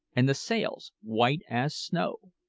and the sails white as snow.